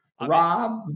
Rob